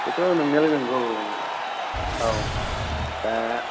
बेथ' नंनायालाय नंगौ औ दा